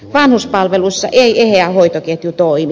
vanhuspalveluissa ei eheä hoitoketju toimi